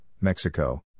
Mexico